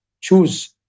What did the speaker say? choose